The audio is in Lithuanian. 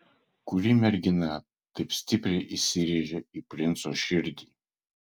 kuri mergina taip stipriai įsirėžė į princo širdį